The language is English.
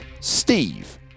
Steve